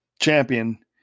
champion